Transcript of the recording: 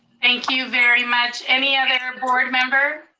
thank you very much. any other board member?